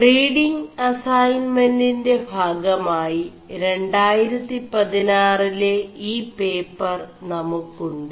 reading അൈസൻെമൻറ്ൻെറ ഭാഗമായി 2016 െല ഈ േപçർ നമു ു്